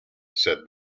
said